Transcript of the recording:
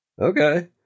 Okay